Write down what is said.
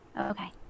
okay